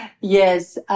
Yes